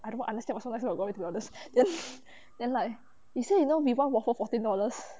I don't understand what so nice about this burger then then like he say you know people waffles fourteen dollars